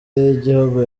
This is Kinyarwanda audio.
yigihugu